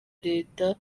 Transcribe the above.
leta